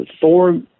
thor